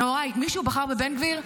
מישהו בחר בבן גביר?